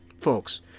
folks